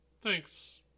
Thanks